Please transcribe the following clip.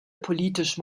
politisch